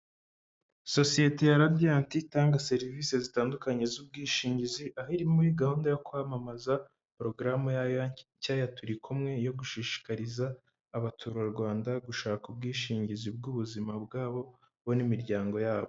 Sosiyete ya Radiyanti itanga serivisi zitandukanye z'ubwishingizi, aho muri gahunda yo kwamamaza porogaramu yayo nshya ya turi kumwe yo gushishikariza abaturarwanda gushaka ubwishingizi bw'ubuzima bwabo bo n'imiryango yabo.